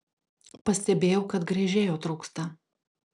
pastebėjau kad gręžėjo trūksta